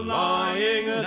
lying